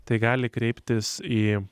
tai gali kreiptis į